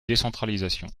décentralisation